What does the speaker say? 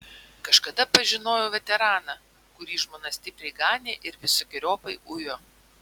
kažkada pažinojau veteraną kurį žmona stipriai ganė ir visokeriopai ujo